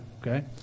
okay